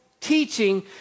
teaching